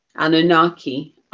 Anunnaki